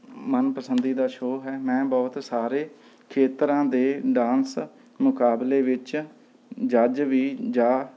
ਮਨਪਸੰਦੀ ਦਾ ਸ਼ੋਅ ਹੈ ਮੈਂ ਬਹੁਤ ਸਾਰੇ ਖੇਤਰਾਂ ਦੇ ਡਾਂਸ ਮੁਕਾਬਲੇ ਵਿੱਚ ਜੱਜ ਵੀ ਜਾ